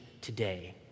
today